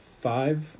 five